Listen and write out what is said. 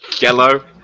Yellow